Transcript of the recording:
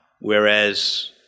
whereas